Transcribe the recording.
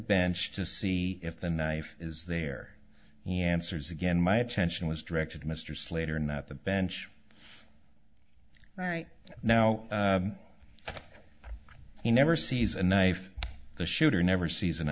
bench to see if the knife is there he answers again my attention was directed to mr slater not the bench right now he never sees a knife the shooter never se